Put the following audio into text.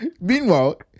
Meanwhile